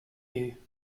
you